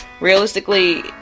realistically